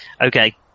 Okay